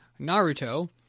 Naruto